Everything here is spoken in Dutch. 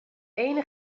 enig